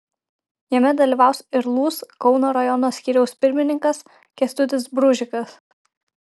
jame dalyvaus ir lūs kauno rajono skyriaus pirmininkas kęstutis bružikas